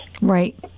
Right